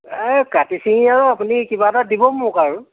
এই কাটি ছিঙি আৰু আপুনি কিবা এটা দিব মোক আৰু